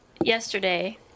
yesterday